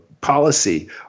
policy